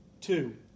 Two